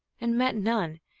and met none,